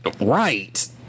Right